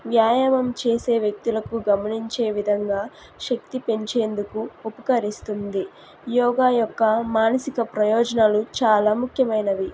వ్యాయామం చేసే వ్యక్తులకు గమనించే విధంగా శక్తి పెంచేందుకు ఉపకరిస్తుంది యోగా యొక్క మానసిక ప్రయోజనాలు చాలా ముఖ్యమైనవి